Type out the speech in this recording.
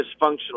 dysfunctional